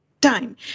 time